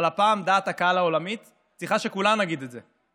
אבל הפעם דעת הקהל העולמית צריכה שכולנו נגיד את זה,